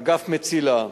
אגף "מצילה"